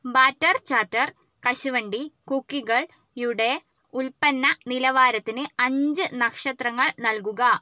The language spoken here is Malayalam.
ബാറ്റർ ചാറ്റർ കശുവണ്ടി കുക്കികളുടെ ഉൽപ്പന്ന നിലവാരത്തിന് അഞ്ച് നക്ഷത്രങ്ങൾ നൽകുക